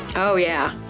oh yeah.